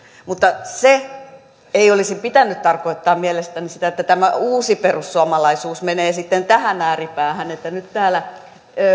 mutta sen ei olisi pitänyt tarkoittaa mielestäni sitä että tämä uusi perussuomalaisuus menee sitten tähän ääripäähän että nyt täällä